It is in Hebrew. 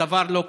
דבר לא קרה.